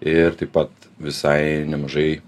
ir taip pat visai nemažai